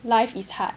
life is hard